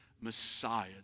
Messiah